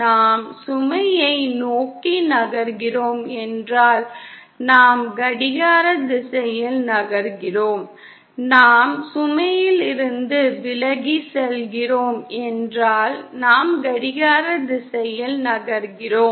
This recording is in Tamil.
நாம் சுமையை நோக்கி நகர்கிறோம் என்றால் நாம் கடிகார திசையில் நகர்கிறோம் நாம் சுமையிலிருந்து விலகிச் செல்கிறோம் என்றால் நாம் கடிகார திசையில் நகர்கிறோம்